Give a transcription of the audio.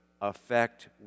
affect